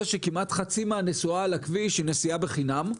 שכמעט חצי מהנסועה על הכביש היא נסיעה בחינם.